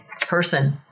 person